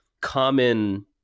common